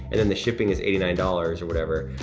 and then the shipping is eighty nine dollars or whatever.